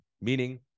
Meaning